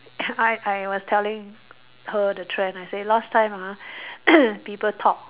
I I was telling her the trend I say last time ah people talk